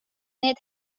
need